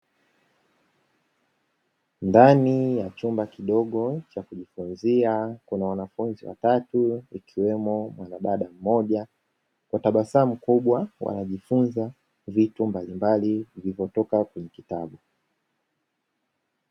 Ndani ya chumba kidogo cha kujifunzia kuna wanafunzi watatu, ikiwemo mwanadada mmoja, kwa tabasamu kubwa wanajifunza vitu mbalimbali vilivotoka kwenye kitabu.